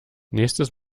nächstes